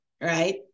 right